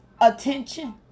attention